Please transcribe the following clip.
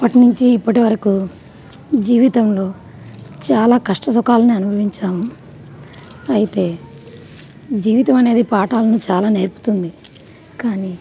అప్పటినుంచి ఇప్పటివరకు జీవితంలో చాలా కష్టసుఖాలని అనుభవించాము అయితే జీవితం అనేది పాఠాలను చాలా నేర్పుతుంది కానీ